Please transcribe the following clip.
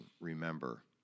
remember